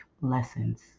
lessons